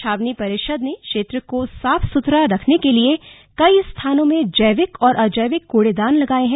छावनी परिषद ने क्षेत्र को साफ सुथरा रखने के लिये कई स्थानों में जैविक और अजैविक कूड़ेदान लगाये है